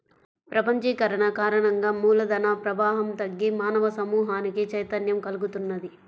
ప్రపంచీకరణ కారణంగా మూల ధన ప్రవాహం తగ్గి మానవ సమూహానికి చైతన్యం కల్గుతున్నది